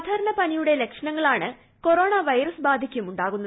സാധാരണ പനിയുടെ ലക്ഷണങ്ങളാണ് കൊറോണ വൈറസ് ബാധയ്ക്കും ഉണ്ടാകുന്നത്